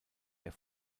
der